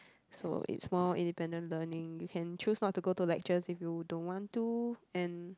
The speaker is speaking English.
so it's more independent learning you can choose not to go to lectures if you don't want to and